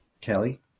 Kelly